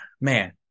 man